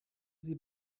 sie